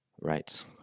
Right